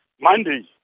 Monday